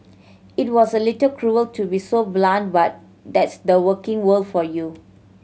it was a little cruel to be so blunt but that's the working world for you